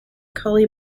collie